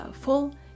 full